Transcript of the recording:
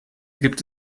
gibt